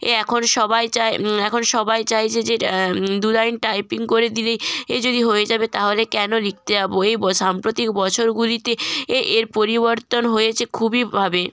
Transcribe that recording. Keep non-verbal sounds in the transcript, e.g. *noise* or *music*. *unintelligible* এখন সবাই চায় এখন সবাই চায় যে যে এটা দু লাইন টাইপিং করে দিলেই এ যদি হয়ে যাবে তাহলে কেনো লিখতে যাবো এই ব সাম্প্রতিক বছরগুলিতে এ এর পরিবর্তন হয়েছে খুবই ভাবে